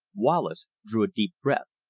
wallace drew a deep breath.